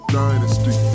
dynasty